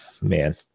man